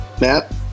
matt